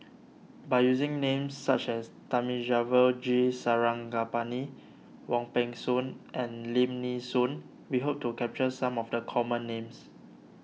by using names such as Thamizhavel G Sarangapani Wong Peng Soon and Lim Nee Soon we hope to capture some of the common names